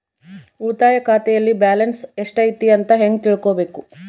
ಉಳಿತಾಯ ಖಾತೆಯಲ್ಲಿ ಬ್ಯಾಲೆನ್ಸ್ ಎಷ್ಟೈತಿ ಅಂತ ಹೆಂಗ ತಿಳ್ಕೊಬೇಕು?